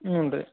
ಹ್ಞೂ ರೀ